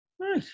Right